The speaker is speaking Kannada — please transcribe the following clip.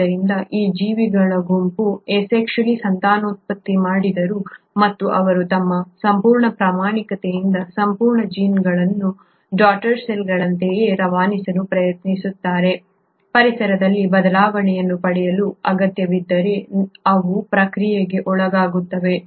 ಆದ್ದರಿಂದ ಈ ಜೀವಿಗಳ ಗುಂಪು ಅಸೆಕ್ಷುಯಲಿ ಸಂತಾನೋತ್ಪತ್ತಿ ಮಾಡಿದರೂ ಮತ್ತು ಅವರು ತಮ್ಮ ಸಂಪೂರ್ಣ ಪ್ರಾಮಾಣಿಕತೆಯಿಂದ ಸಂಪೂರ್ಣ ಜೀನ್ಗಳನ್ನು ಡಾಟರ್ ಸೆಲ್ಗಳಂತೆಯೇ ರವಾನಿಸಲು ಪ್ರಯತ್ನಿಸುತ್ತಾರೆ ಪರಿಸರದಲ್ಲಿ ಬದಲಾವಣೆಯನ್ನು ಪಡೆಯಲು ಅಗತ್ಯವಿದ್ದರೆ ಅವು ಪ್ರಕ್ರಿಯೆಗೆ ಒಳಗಾಗುತ್ತವೆ